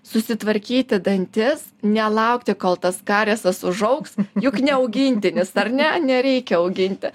susitvarkyti dantis nelaukti kol tas kariesas užaugs juk ne augintinis ar ne nereikia auginti